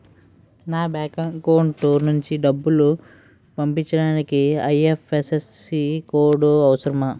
నా bank account నుంచి డబ్బు పంపించడానికి ఐ.ఎఫ్.ఎస్.సి కోడ్ అవసరమా?